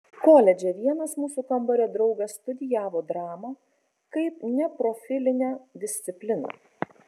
koledže vienas mūsų kambario draugas studijavo dramą kaip neprofilinę discipliną